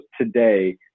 today